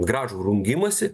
gražų rungimąsi